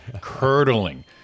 curdling